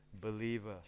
believer